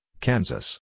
Kansas